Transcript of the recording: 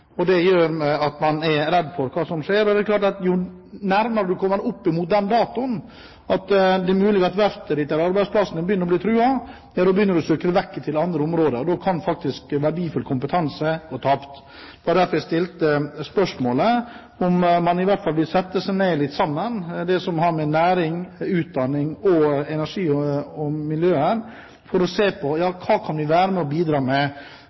og det gjør at man er redd for hva som skjer. Det er klart at jo nærmere du kommer den datoen da det er mulig at verftet ditt, eller arbeidsplassen din, begynner å bli truet, jo mer begynner du å søke deg vekk til andre områder, og da kan faktisk verdifull kompetanse gå tapt. Det var derfor jeg stilte spørsmålet om man ikke i hvert fall vil sette seg ned litt sammen og se på det som har med næring, utdanning, energi og miljø å gjøre, for å se på hva vi kan være med og bidra med.